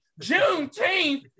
Juneteenth